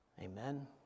Amen